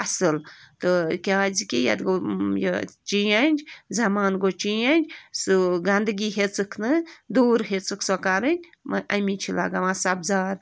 اَصٕل تہٕ کیٛازِ کہِ یَتھ گوٚو یہِ چینٛج زمانہٕ گوٚو چینٛج سہٕ گنٛدگی ہیٚژٕکھ نہٕ دوٗر ہیٚژٕکھ سۄ کَرٕنۍ اَمی چھِ لگاوان سبزار